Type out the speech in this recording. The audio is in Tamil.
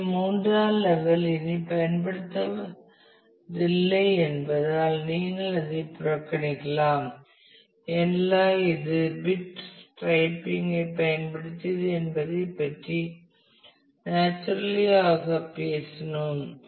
எனவே மூன்றாம் லெவல் இனி பயன்படுத்தப்படுவதில்லை என்பதால் நீங்கள் அதை புறக்கணிக்கலாம் ஏனென்றால் இது பிட்கள் ஸ்ட்ரைப்பிங்கைப் பயன்படுத்தியது என்பதை பற்றி நேச்சுரலி ஆக பேசினோம்